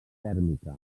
tèrmica